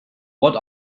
what